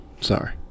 sorry